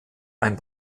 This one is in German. ein